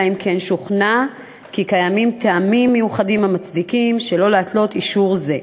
אלא אם כן שוכנע כי קיימים טעמים מיוחדים המצדיקים שלא להתלות אישור זה.